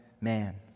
man